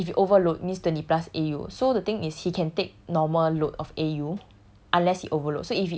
but if you overload means twenty plus A_U so the thing is he can take normal load of A_U